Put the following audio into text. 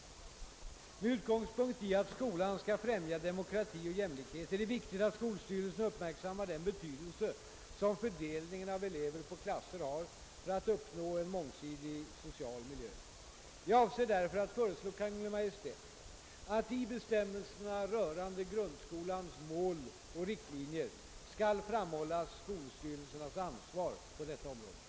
Med utgångspunkt i att skolan skall främja demokrati och jämlikhet är det viktigt att skolstyrelserna uppmärksammar den betydelse som fördelningen av elever på klasser har för att uppnå en mångsidig social miljö. Jag avser därför att föreslå Kungl. Maj:t att i bestämmelserna rörande grundskolans mål och riktlinjer skall framhållas skolstyrelsernas ansvar på detta område.